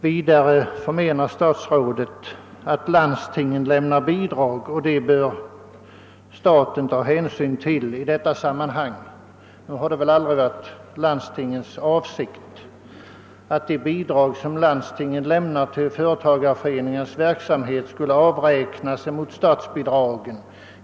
Vidare anser statsrådet att Kungl. Maj:t bör ta hänsyn till de bidrag som landstingen lämnar, men det har aldrig varit landstingens avsikt att deras bidrag till företagareföreningarnas verksamhet skulle avräknas mot statsbi draget.